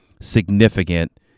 significant